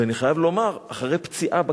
ואני חייב לומר, אחרי פציעה בכתף,